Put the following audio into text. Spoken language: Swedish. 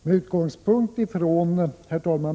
Herr talman!